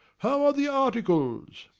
how are the articles?